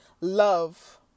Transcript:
love